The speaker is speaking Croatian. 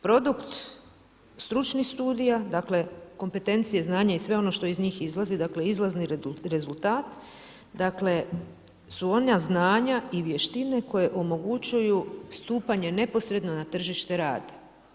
Produkt stručnih studija, dakle kompetencije, znanje i sve ono što iz njih izlazi, dakle izlazni rezultat su ona znanja i vještine koje omogućuju stupanje neposredno na tržište rada.